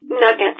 Nuggets